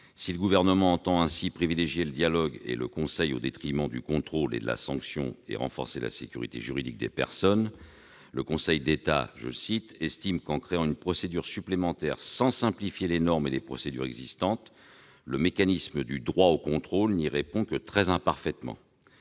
Si « le Gouvernement entend ainsi privilégier le dialogue et le conseil au détriment du contrôle et de la sanction et renforcer la sécurité juridique des personnes », le Conseil d'État « estime qu'en créant une procédure supplémentaire sans simplifier les normes et les procédures existantes, le mécanisme du " droit au contrôle "[...] n'y répond que très imparfaitement